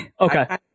Okay